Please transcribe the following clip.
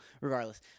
Regardless